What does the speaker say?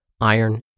iron